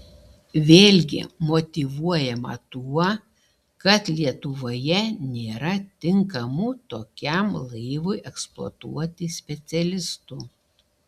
vėlgi motyvuojama tuo kad lietuvoje nėra tinkamų tokiam laivui eksploatuoti specialistų